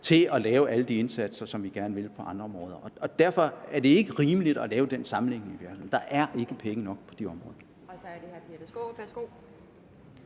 til at lave alle de indsatser for, som vi gerne vil på andre områder. Derfor er det ikke rimeligt at lave den sammenligning. Der er ikke penge nok på de områder.